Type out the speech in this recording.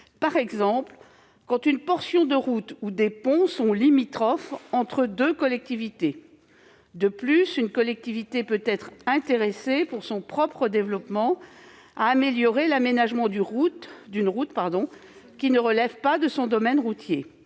par exemple quand une portion de route ou des ponts sont limitrophes de deux collectivités. En outre, une collectivité, pour son propre développement, peut vouloir améliorer l'aménagement d'une route qui ne relève pas de son domaine routier.